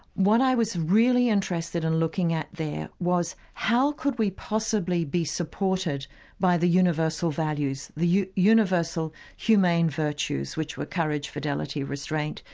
what i was really interested in looking at there was how could we possibly be supported by the universal values, the universal humane virtues which were courage, fidelity, restraint,